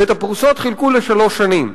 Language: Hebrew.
ואת הפרוסות חילקו לשלוש שנים.